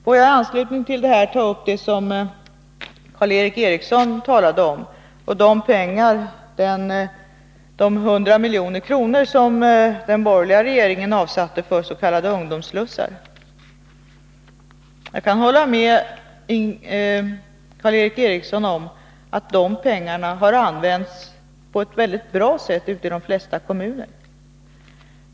Får jag i anslutning till detta ta upp vad Karl Erik Eriksson talade om — och de 100 milj.kr. som den borgerliga regeringen avsatte för s.k. ungdoms slussar. Jag kan hålla med Karl Erik Eriksson om att de pengarna har använts på ett mycket bra sätt ute i de flesta kommuner.